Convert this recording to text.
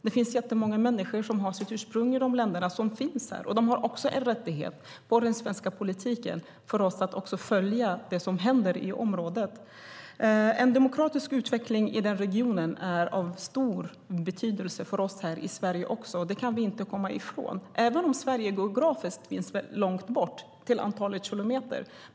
Det finns jättemånga människor här som har sitt ursprung i dessa länder, och att den svenska politiken följer vad som händer i området är deras rättighet. En demokratisk utveckling i den regionen är av stor betydelse även för oss här i Sverige. Det kan vi inte komma ifrån, även om Sverige geografiskt ligger långt ifrån till antalet kilometer.